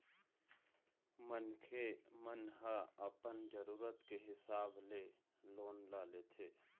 मनखे मन ह अपन जरुरत के हिसाब ले लोन ल लेथे